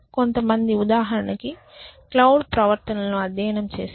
కొంతమంది ఉదాహరణకు క్రౌడ్ ప్రవర్తనలను అధ్యయనం చేశారు